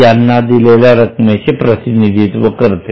यांना दिलेल्या रकमेचे प्रतिनिधित्व करते